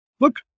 Look